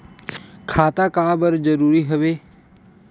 खाता का बर जरूरी हवे?